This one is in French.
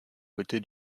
côté